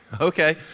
Okay